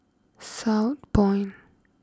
Southpoint